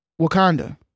Wakanda